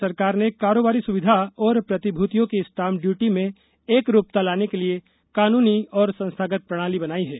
केन्द्र सरकार ने कारोबारी सुविधा और प्रतिभूतियों की स्टाम्प ड्यूटी में एकरूपता लाने के लिए कानूनी और संस्थागत प्रणाली बनाई है